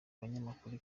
abanyamakuru